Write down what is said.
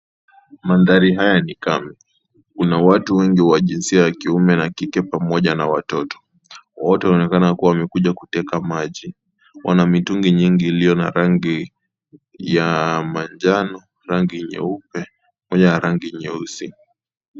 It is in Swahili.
Mndhari haya ni kame, kuna watu wengi wa jinsia ya kiume na kike pamoja na watoto. Wote wanaonekana kuwa wamekuja kuteka maji. Wana mitungi nyingi iliyo na rangi ya manjano, rangi nyeupe pia rangi nyeusi.